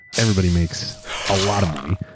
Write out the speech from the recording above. everybody makes a lot of money.